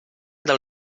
del